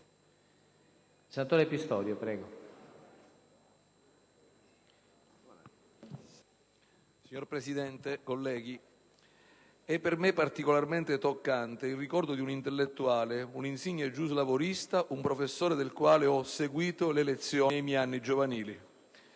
Signor Presidente, colleghi, è per me particolarmente toccante il ricordo di un intellettuale, un insigne giuslavorista, un professore del quale ho seguito le lezioni nei miei anni giovanili.